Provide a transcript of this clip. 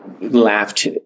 laughed